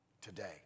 Today